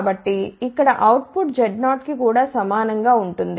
కాబట్టి ఇక్కడ output Z0కి కూడా సమానం గా ఉంటుంది